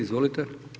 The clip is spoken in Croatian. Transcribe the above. Izvolite.